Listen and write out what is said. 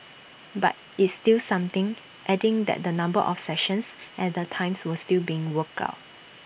but it's still something adding that the number of sessions and the times were still being worked out